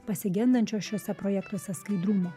pasigendančios šiuose projektuose skaidrumo